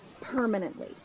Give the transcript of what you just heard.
permanently